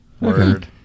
Word